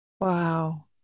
Wow